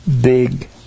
big